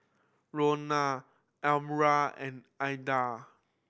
Ronan Almyra and Aidan